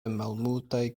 malmultaj